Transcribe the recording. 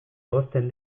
hozten